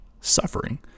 suffering